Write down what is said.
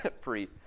free